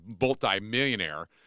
multi-millionaire